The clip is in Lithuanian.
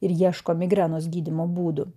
ir ieško migrenos gydymo būdų